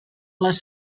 les